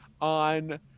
On